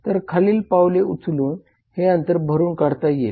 तर खालील पावले उचलून हे अंतर भरून काढता येईल